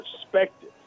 perspective